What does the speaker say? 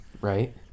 right